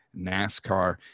NASCAR